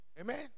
Amen